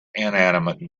inanimate